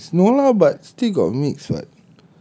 intense no lah but I still got mix [what]